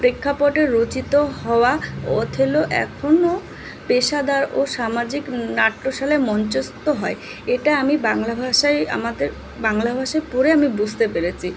প্রেক্ষাপটে রচিত হওয়া ওথেলো এখনও পেশাদার ও সামাজিক নাট্যশালায় মঞ্চস্থ হয় এটা আমি বাংলা ভাষায় আমাদের বাংলা ভাষা পড়ে আমি বুঝতে পেরেছি